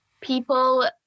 people